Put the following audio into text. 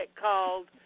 called